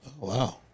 Wow